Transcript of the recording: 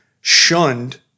shunned